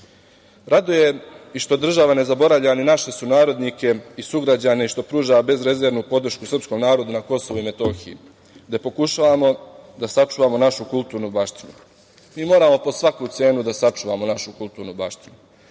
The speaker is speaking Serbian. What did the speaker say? i što država ne zaboravlja i naše sunarodnike i sugrađane i što pruža bezrezervnu podršku srpskom narodu na KiM, gde pokušavamo da sačuvamo našu kulturnu baštinu. Mi moramo po svaku cenu da sačuvamo našu kulturnu baštinu. Sada